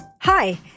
Hi